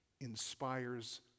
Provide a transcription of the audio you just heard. inspires